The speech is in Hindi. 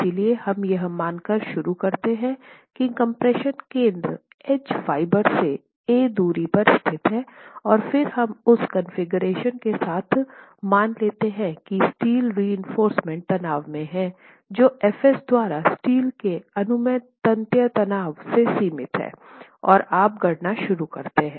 इसलिए हम यह मानकर शुरू करते हैं कि कम्प्रेशन केन्द्र एज फाइबर से ए दूरी पर स्थित है और फिर हम उस कॉन्फ़िगरेशन के साथ मान लेते हैं की स्टील रिइंफोर्समेन्ट तनाव में है जो Fs द्वारा स्टील के अनुमेय तन्यता तनाव में सीमित है और आप गणना शुरू करते हैं